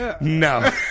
No